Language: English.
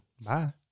Bye